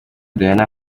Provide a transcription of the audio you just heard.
diana